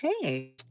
Hey